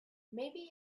maybe